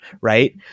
right